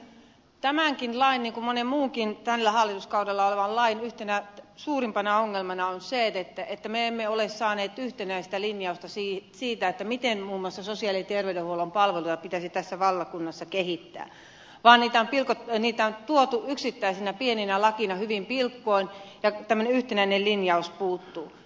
tämänkin lain niin kuin monen muunkin tällä hallituskaudella olleen lain yhtenä suurimpana ongelmana on se että me emme ole saaneet yhtenäistä linjausta siitä miten muun muassa sosiaali ja terveydenhuollon palveluja pitäisi tässä valtakunnassa kehittää vaan niitä on tuotu yksittäisinä pieninä lakeina hyvin pieniksi pilkkoen ja tämmöinen yhtenäinen linjaus puuttuu